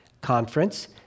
conference